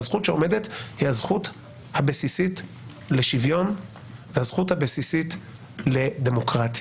והזכות שעומדת היא הזכות הבסיסית לשוויון והזכות הבסיסית לדמוקרטיה.